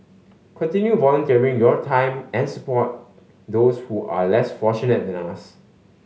continue volunteering your time and support those who are less fortunate than us